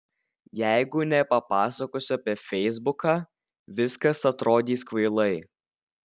jeigu nepapasakosiu apie feisbuką viskas atrodys kvailai